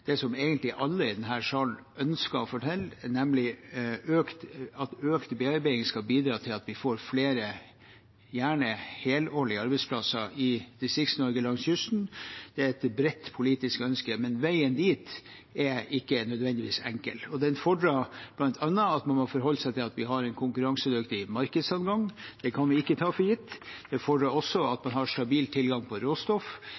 nemlig at økt bearbeiding skal bidra til at vi får flere – gjerne helårige – arbeidsplasser langs kysten i Distrikts-Norge. Det er et bredt politisk ønske, men veien dit er ikke nødvendigvis enkel. Det fordrer bl.a. at man må forholde seg til at vi har en konkurransedyktig markedsadgang. Det kan vi ikke ta for gitt. Det fordrer også at man har stabil tilgang på råstoff.